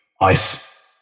ice